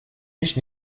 mich